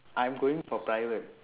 I am going for private